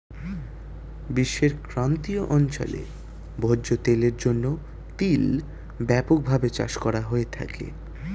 বিশ্বের ক্রান্তীয় অঞ্চলে ভোজ্য তেলের জন্য তিল ব্যাপকভাবে চাষ করা হয়ে থাকে